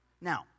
Now